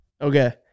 Okay